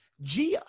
Gia